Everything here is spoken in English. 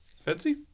Fancy